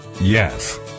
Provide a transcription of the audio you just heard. Yes